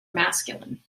masculine